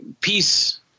peace